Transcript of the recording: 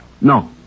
No